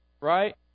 Right